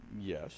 Yes